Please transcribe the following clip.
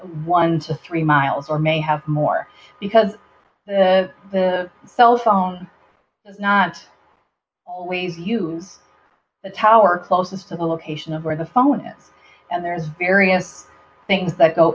one to three miles or may have more because the the cell phone is not always you the tower closest to the location of where the phone is and there's various things that go